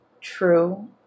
true